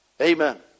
Amen